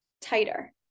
tighter